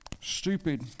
Stupid